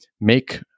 make